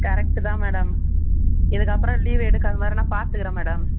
correct தான் madam இதுக்கப்புறம் leave எடுக்காத மாதிரி நான் பார்த்துக்குறேன் மேடம்